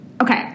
Okay